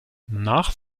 nach